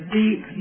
deep